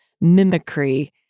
mimicry